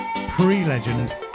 Pre-legend